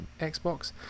Xbox